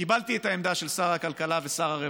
קיבלתי את העמדה של שר הכלכלה ושר הרווחה,